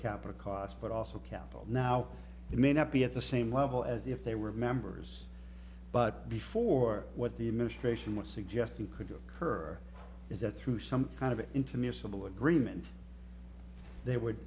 capita cost but also capital now it may not be at the same level as if they were members but before what the administration was suggesting could occur is that through some kind of an interim your civil agreement they would